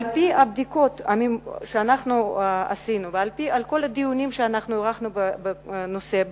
על-פי הבדיקות שאנחנו עשינו ועל-פי כל הדיונים שאנחנו ערכנו בנושא,